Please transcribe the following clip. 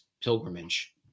pilgrimage